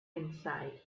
inside